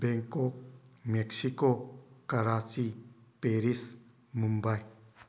Bangkok Mexico Karachi Paris Mumbai